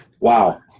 Wow